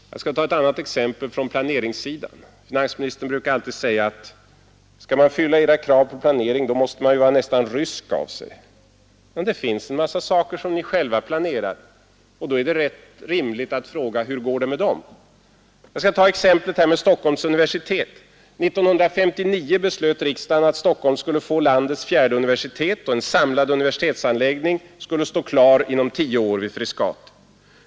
Det andra exemplet berör planeringen. Finansministern brukar alltid säga: Skall man fylla era krav på planering, måste man nästan vara rysk av sig. Men det finns en massa saker ni själva planerar, och då är det rimligt att fråga: Hur går det med dem? Jag skall ta exemplet med Stockholms universitet. 1959 beslöt riksdagen att Stockholm skulle få landets fjärde universitet och att en samlad universitetsanläggning skulle stå klar inom tio år i Frescati.